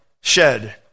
shed